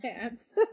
pants